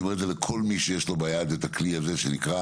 לכל מי שיש לו ביד את הכלי הזה שנקרא